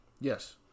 Yes